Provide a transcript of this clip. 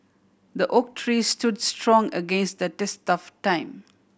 the oak tree stood strong against the test of time